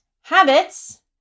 habits